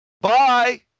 Bye